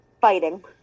Fighting